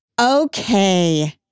Okay